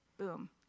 Boom